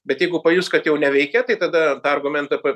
bet jeigu pajus kad jau neveikia tai tada tą argumentą pa